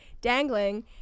dangling